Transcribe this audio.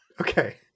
Okay